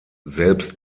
selbst